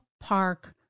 Park